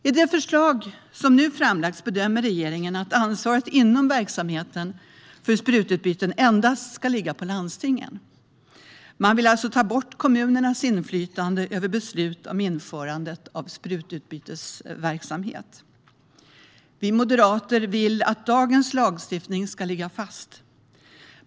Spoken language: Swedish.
I det förslag som nu lagts fram bedömer regeringen att ansvaret inom verksamheten för sprututbyte endast ska ligga på landstingen. Man vill alltså ta bort kommunernas inflytande över beslut om införande av sprututbytesverksamhet. Vi moderater vill att dagens lagstiftning ska ligga fast.